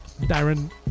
Darren